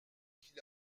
qu’il